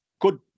good